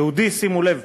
יהודי, שימו לב,